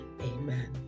Amen